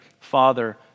father